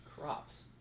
Crops